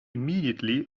immediately